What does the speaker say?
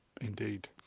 Indeed